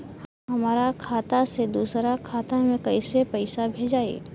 हमरा खाता से दूसरा में कैसे पैसा भेजाई?